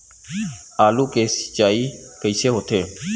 आलू के सिंचाई कइसे होथे?